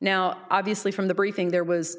now obviously from the briefing there was